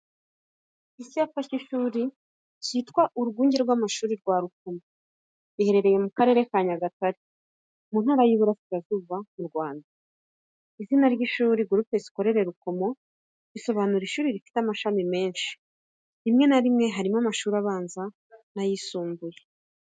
Icyapa cy’ishuri ryitwa urwunge rw'amashuri rwa Rukomo, riherereye mu karere ka Nyagatare mu ntara y’Iburasirazuba, mu Rwanda. izina ry’ishuri. "Groupe Scolaire rukomo" bisobanura ishuri rifite amashami menshi, rimwe na rimwe harimo amashuri abanza n’ayisumbuye.